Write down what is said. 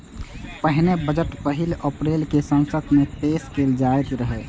पहिने बजट पहिल अप्रैल कें संसद मे पेश कैल जाइत रहै